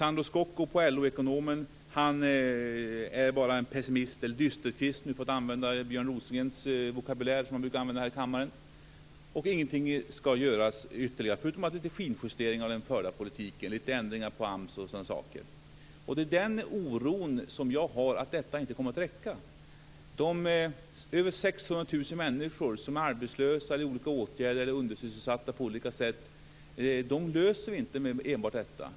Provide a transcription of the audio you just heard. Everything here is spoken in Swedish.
LO ekonomen Sandro Scocco är bara en pessimist eller, för att använda Björn Rosengrens vokabulär här i kammaren, en dysterkvist. Ingenting ytterligare ska göras annat än några finjusteringar av den förda politiken, några ändringar av AMS och sådana saker. Jag känner en oro för att detta inte kommer att räcka. Problemen för de över 600 000 människor som är arbetslösa, i åtgärder eller på olika sätt undersysselsatta löser vi inte på detta sätt.